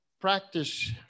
practice